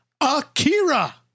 Akira